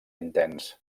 intens